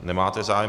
Nemáte zájem.